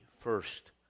first